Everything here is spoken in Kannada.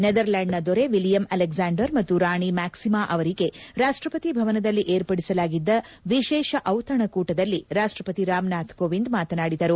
ನೆದರ್ಲೆಂಡ್ನ ದೊರೆ ವಿಲಿಯಮ್ ಅಲೆಕ್ಲಾಂಡರ್ ಮತ್ತು ರಾಣಿ ಮ್ಯಾಕ್ಲಿಮಾ ಅವರಿಗೆ ರಾಷ್ಟಪತಿ ಭವನದಲ್ಲಿ ಏರ್ಪಡಿಸಲಾಗಿದ್ದ ವಿಶೇಷ ಚಿತಣಕೂಟದಲ್ಲಿ ರಾಷ್ಟಪತಿ ರಾಮನಾಥ್ ಕೋವಿಂದ್ ಮಾತನಾಡಿದರು